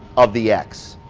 of the x.